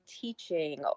teaching